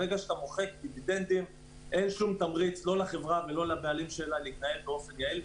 ברגע שאתה מוחק דיבידנד אין תמריץ לחברה ולבעליה להתנהל באופן יעיל.